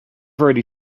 already